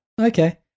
Okay